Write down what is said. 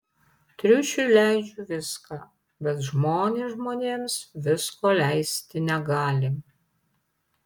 triušiui leidžiu viską bet žmonės žmonėms visko leisti negali